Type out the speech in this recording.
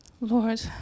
Lord